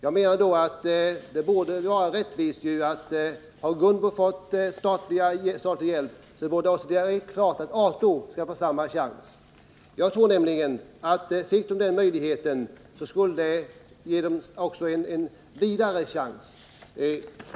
Jag menar att det borde vara rättvist att om Gunboföretagen fått statlig hjälp skall Ato få samma chans. Om Ato fick denna möjlighet skulle det, tror jag, innebära att man gav företaget också en vidare chans.